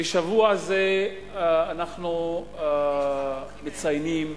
בשבוע זה אנחנו מציינים,